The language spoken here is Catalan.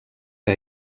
que